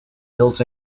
built